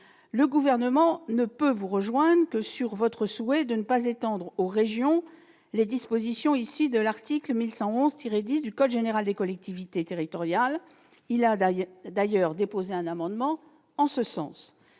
Le Gouvernement ne peut vous rejoindre que sur votre souhait de ne pas étendre aux régions les dispositions issues de l'article L. 1111-10 du code général des collectivités territoriales. Il a d'ailleurs déposé un amendement en ce sens.